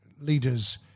leaders